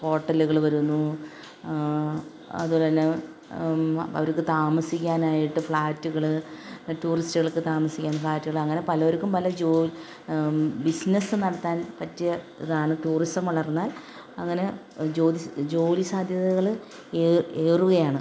ഹോട്ടലുകൾ വരുന്നു അതുപോലെ തന്നെ അവർക്ക് താമസിക്കാനായിട്ട് ഫ്ലാറ്റുകൾ ടൂറിസ്റ്റുകൾക്ക് താമസിക്കാൻ ഫ്ലാറ്റുകൾ അങ്ങനെ പലർക്കും പല ജോ ബിസിനസ് നടത്താൻ പറ്റിയ ഇതാണ് ടൂറിസം വളർന്നാൽ അങ്ങനെ ജോലി ജോലി സാധ്യതകൾ എറെ ഏറുകയാണ്